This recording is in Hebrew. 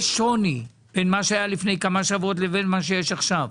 יש שוני בין מה שהיה לפני כמה שבועות לבין מה שיש עכשיו.